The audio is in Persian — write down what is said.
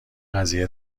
قضیه